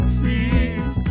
feet